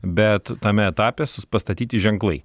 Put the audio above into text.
bet tame etape su pastatyti ženklai